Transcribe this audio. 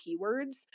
keywords